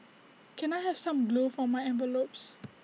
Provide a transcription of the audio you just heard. can I have some glue for my envelopes